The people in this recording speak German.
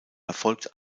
erfolgt